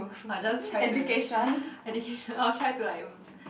I'll just try to education I'll try to like